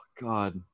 God